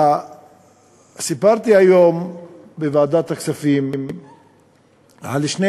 סיפרתי היום בוועדת הכספים על שני